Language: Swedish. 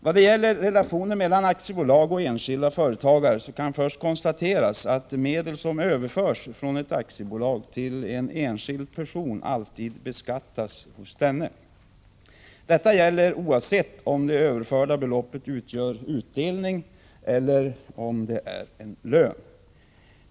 Vad gäller relationen mellan aktiebolag och enskilda företagare kan först konstateras att medel som överförs från ett aktiebolag till en enskild person alltid beskattas hos denne. Detta gäller oavsett om det överförda beloppet utgör utdelning eller lön.